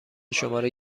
شماره